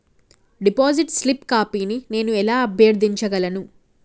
Deposit slip కాపీని నేను ఎలా అభ్యర్థించగలను?